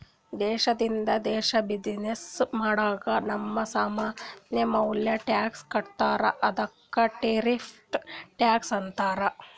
ದೇಶದಿಂದ ದೇಶ್ ಬಿಸಿನ್ನೆಸ್ ಮಾಡಾಗ್ ನಮ್ದು ಸಾಮಾನ್ ಮ್ಯಾಲ ಟ್ಯಾಕ್ಸ್ ಹಾಕ್ತಾರ್ ಅದ್ದುಕ ಟಾರಿಫ್ ಟ್ಯಾಕ್ಸ್ ಅಂತಾರ್